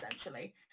essentially